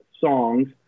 songs